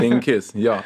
penkis jo